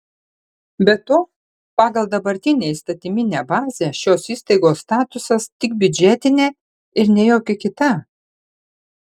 be to pagal dabartinę įstatyminę bazę šios įstaigos statusas tik biudžetinė ir ne jokia kita